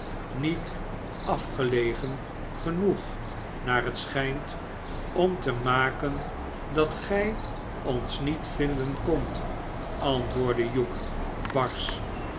iniet afgelegen genoeg naar het schijnt om te maken dat gij ons niet vinden kondt antwoordde hugh barsch